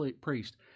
priest